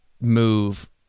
move